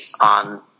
on